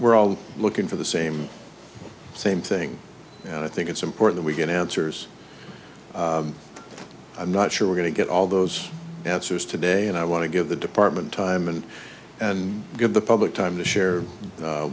we're all looking for the same same thing and i think it's important we get answers i'm not sure we're going to get all those answers today and i want to give the department time and and give the public time to share